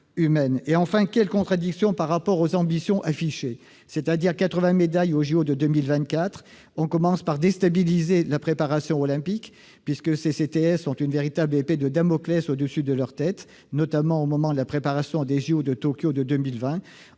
Enfin, quelle contradiction par rapport aux ambitions affichées, c'est-à-dire 80 médailles aux jeux Olympiques de 2024 ! On commence par déstabiliser la préparation olympique, puisque ces CTS ont une véritable épée de Damoclès au-dessus de leur tête, en particulier au moment de la préparation des jeux Olympiques de Tokyo de 2020.